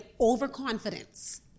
overconfidence